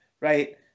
Right